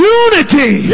unity